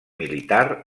militar